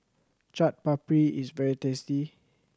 Chaat Papri is very tasty